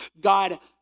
God